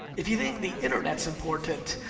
if you think the internet's important,